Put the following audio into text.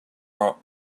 are